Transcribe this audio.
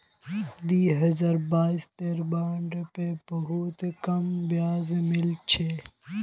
दी हजार बाईसत बॉन्ड पे बहुत कम ब्याज मिल छेक